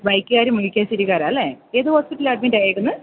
ബൈക്കുകാർ മുരിക്കാശ്ശേരിക്കാരാണ് അല്ലേ ഏത് ഹോസ്പിറ്റലിലാണ് അഡ്മിറ്റ് ആയേക്കുന്നത്